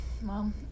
Mom